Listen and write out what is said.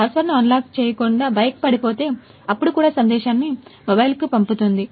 పాస్వర్డ్ను అన్లాక్ చేయకుండా బైక్ పడిపోతే అప్పుడు కూడా సందేశాన్ని మొబైల్కు పంపుతుంది